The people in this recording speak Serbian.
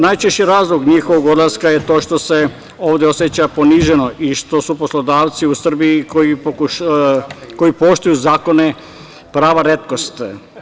Najčešći razlog njihovog odlaska je to što se ovde osećaju poniženo i što su poslodavci u Srbiji koji poštuju zakone prava retkost.